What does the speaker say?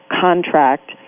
contract